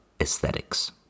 aesthetics